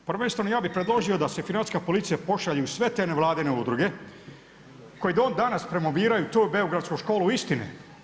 Prvenstveno ja bih predložio da se hrvatska policija pošalju sve te nevladine udruge, koji do danas promoviraju to beogradsku školu istine.